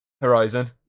Horizon